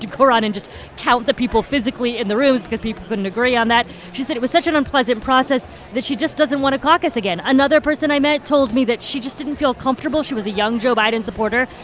to go around and just count the people physically in the rooms because people couldn't agree on that. she said it was such an unpleasant process that she just doesn't want to caucus again. another person i met told me that she just didn't feel comfortable. she was a young joe biden supporter.